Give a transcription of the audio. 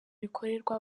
rikorerwa